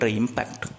impact